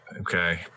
Okay